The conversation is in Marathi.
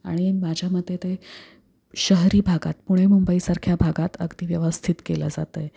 आणि माझ्या मते ते शहरी भागात पुणे मुंबईसारख्या भागात अगदी व्यवस्थित केलं जात आहे